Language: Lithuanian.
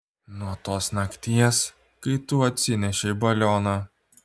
nuo tos nakties kai tu atsinešei balioną